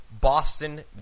Boston